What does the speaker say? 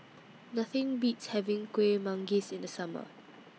Nothing Beats having Kueh Manggis in The Summer